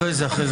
אחרי זה נשיר.